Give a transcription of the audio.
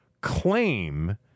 claim